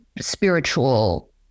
spiritual